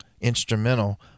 instrumental